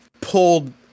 pulled